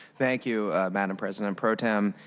thank you, madam president pro tem.